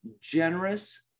generous